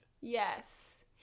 Yes